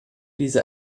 diese